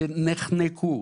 שנחנקו.